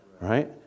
right